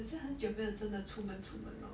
很像很久没有真的出门出门 lor